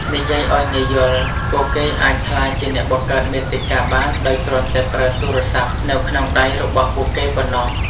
និយាយឲ្យងាយយល់ ពួកគេអាចក្លាយជាអ្នកបង្កើតមាតិកាបានដោយគ្រាន់តែប្រើទូរស័ព្ទនៅក្នុងដៃរបស់ពួកគេប៉ុណ្ណោះ។